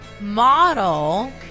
model